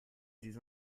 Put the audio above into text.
des